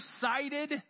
sighted